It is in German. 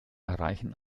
erreichen